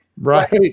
right